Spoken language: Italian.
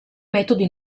metodi